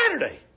Saturday